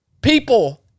people